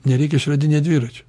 nereikia išradinėt dviračio